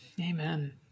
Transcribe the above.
amen